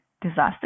disaster